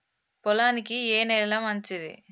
పొలానికి ఏ నేల మంచిది?